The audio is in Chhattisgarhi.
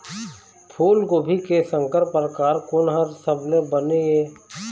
फूलगोभी के संकर परकार कोन हर सबले बने ये?